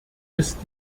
ist